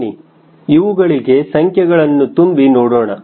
ಬನ್ನಿ ಇವುಗಳಿಗೆ ಸಂಖ್ಯೆಗಳನ್ನು ತುಂಬಿ ನೋಡೋಣ